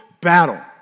battle